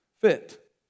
fit